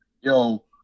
yo